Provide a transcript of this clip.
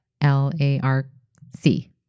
L-A-R-C